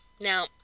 Now